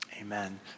amen